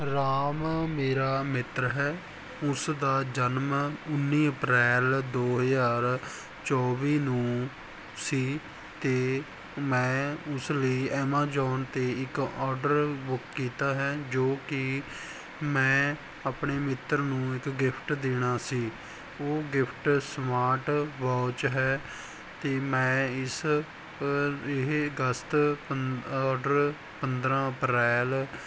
ਰਾਮ ਮੇਰਾ ਮਿੱਤਰ ਹੈ ਉਸ ਦਾ ਜਨਮ ਉੱਨੀ ਅਪ੍ਰੈਲ ਦੋ ਹਜ਼ਾਰ ਚੌਵੀ ਨੂੰ ਸੀ ਅਤੇ ਮੈਂ ਉਸ ਲਈ ਐਮਾਜੋਨ 'ਤੇ ਇੱਕ ਆਰਡਰ ਬੁੱਕ ਕੀਤਾ ਹੈ ਜੋ ਕਿ ਮੈਂ ਆਪਣੇ ਮਿੱਤਰ ਨੂੰ ਇੱਕ ਗਿਫਟ ਦੇਣਾ ਸੀ ਉਹ ਗਿਫਟ ਸਮਾਰਟ ਵਾਚ ਹੈ ਅਤੇ ਮੈਂ ਇਸ ਇਹ ਅਗਸਤ ਪੰਦ ਆਰਡਰ ਪੰਦਰਾਂ ਅਪ੍ਰੈਲ